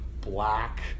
black